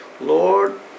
lord